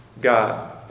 God